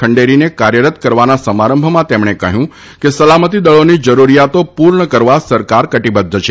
ખંડેરીને કાર્યરત કરવાના સમારંભમાં તેમણે કહ્યું કે સલામતીદળોની જરૂરિયાતો પૂર્ણ કરવા સરકાર કટિબદ્ધ છે